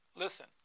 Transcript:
Listen